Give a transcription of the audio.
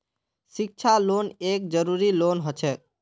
शिक्षा लोन एक जरूरी लोन हछेक